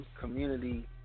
Community